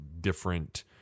different